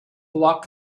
block